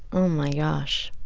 oh, my gosh.